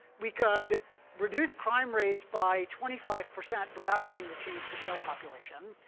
we could reduce crime rates by twenty five percent without having to change the jail population.